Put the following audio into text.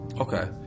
Okay